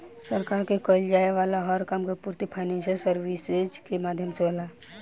सरकार के कईल जाये वाला हर काम के पूर्ति फाइनेंशियल सर्विसेज के माध्यम से होला